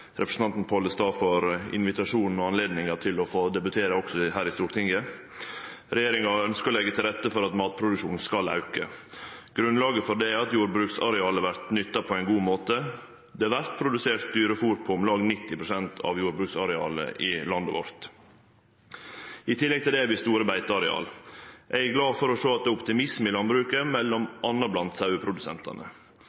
representanten Pollestad for invitasjonen og anledninga til å få debutere også her i Stortinget. Regjeringa ønskjer å leggje til rette for at matproduksjonen skal auke. Grunnlaget for det er at jordbruksarealet vert nytta på ein god måte. Det vert produsert dyrefôr på om lag 90 pst. av jordbruksarealet i landet vårt. I tillegg til det har vi store beiteareal. Eg er glad for å sjå at det er optimisme i landbruket,